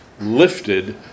lifted